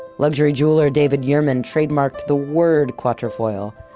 luxury jeweler david yurman trademarked the word quatrefoil.